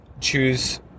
choose